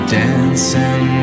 dancing